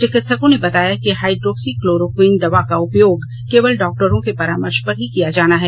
चिकित्सकों ने बताया कि हाइड्रोक्सी क्लोरो क्वीन दवा का उपयोग केवल डॉक्टरों के परामर्ष पर ही किया जाना है